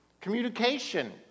communication